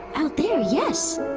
out there, yes.